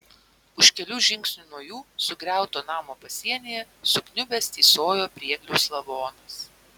už kelių žingsnių nuo jų sugriauto namo pasienyje sukniubęs tysojo priegliaus lavonas